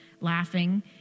laughing